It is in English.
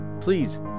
please